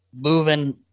moving